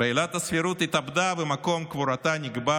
הרי עילת הסבירות התאבדה ומקום קבורתה נקבע